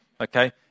okay